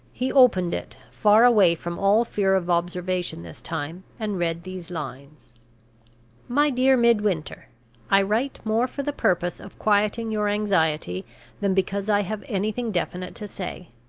he opened it, far away from all fear of observation this time, and read these lines my dear midwinter i write more for the purpose of quieting your anxiety than because i have anything definite to say.